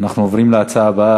אנחנו עוברים להצעה הבאה,